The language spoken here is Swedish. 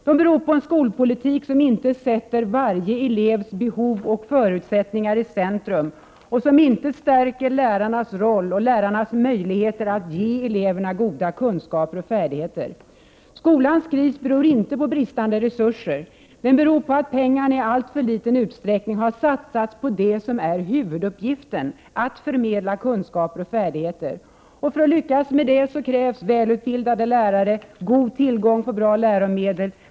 De beror på en skolpolitik som inte sätter varje elevs behov och förutsättningar i centrum, som inte stärker lärarnas roll och deras möjligheter att ge eleverna goda kunskaper och färdigheter. Skolans kris beror inte på bristande resurser. Den beror på att pengarna i alltför liten utsträckning har satsats på det som är huvuduppgiften, att förmedla kunskaper och färdigheter. För att lyckas med det krävs välutbildade lärare och god tillgång på bra läromedel.